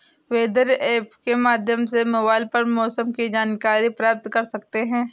weather app के माध्यम से मोबाइल पर मौसम की जानकारी प्राप्त कर सकते हैं